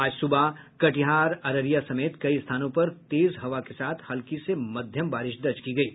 आज सुबह कटिहार और अररिया समेत कई स्थानों पर तेज हवाओं के साथ हल्की से मध्यम बारिश दर्ज की गयी